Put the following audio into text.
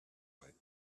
right